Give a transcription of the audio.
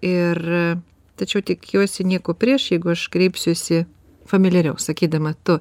ir tačiau tikiuosi nieko prieš jeigu aš kreipsiuosi familiariau sakydama tu